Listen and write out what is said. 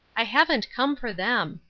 i haven't come for them,